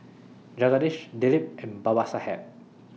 Jagadish Dilip and Babasaheb